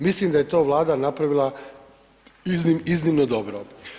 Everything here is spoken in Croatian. Mislim da je to Vlada napravila iznimno dobro.